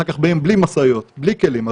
אחר כך באים בלי משאיות, בלי כלים.